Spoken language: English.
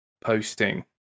posting